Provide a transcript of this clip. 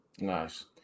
Nice